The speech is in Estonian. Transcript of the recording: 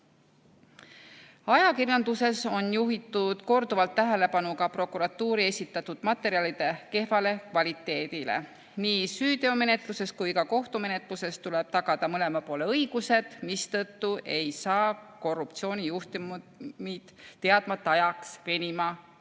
Ajakirjanduses on juhitud korduvalt tähelepanu ka prokuratuuri esitatud materjalide kehvale kvaliteedile. Nii süüteomenetluses kui ka kohtumenetluses tuleb tagada mõlema poole õigused, mistõttu ei saa korruptsioonijuhtumid teadmata ajaks venima jääda.